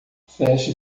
feche